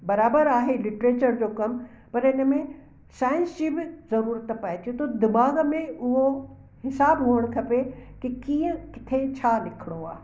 बराबरि आहे लिटरेचल जो कमु पर हिन में साईंस जी बि ज़रूरत पिए थी त दिमाग़ में उहो हिसाबु हुअणु खपे कि कीअं किथे छा लिखिणो आहे